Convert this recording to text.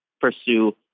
pursue